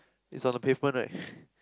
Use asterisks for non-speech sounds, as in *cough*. it's on the pavement right *breath*